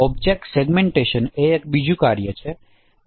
object segmentation એ બીજું કાર્ય છે